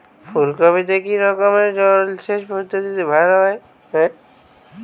ফুলকপিতে কি রকমের জলসেচ পদ্ধতি ভালো হয়?